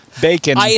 Bacon